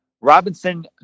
Robinson